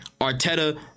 Arteta